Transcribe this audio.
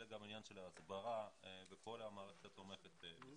אלא גם עניין של ההסברה וכל המערכת התומכת מסביב.